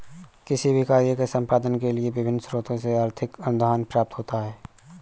किसी भी कार्य के संपादन के लिए विभिन्न स्रोतों से आर्थिक अनुदान प्राप्त होते हैं